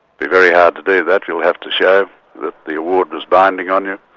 be very hard to do that, you'll have to show that the award was binding on you,